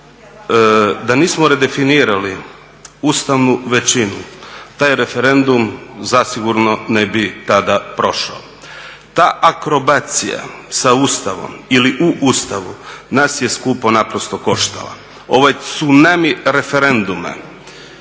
Da nismo redefinirali ustavnu većinu taj referendum zasigurno ne bi tada prošao. Ta akrobacija sa Ustavom ili u Ustavu nas je skupo naprosto koštala. Ovaj tscunami referenduma